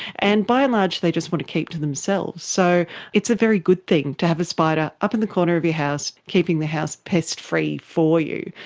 and by and large they've just want to keep to themselves. so it's a very good thing to have a spider up in the corner of your house keeping the house pest-free for you.